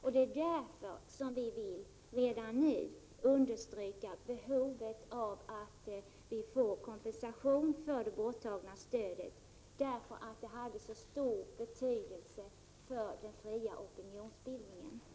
Vi vill redan nu understryka behovet av kompensation för det borttagna stödet därför att det hade så stor betydelse för den fria opinionsbildningen.